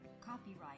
copyright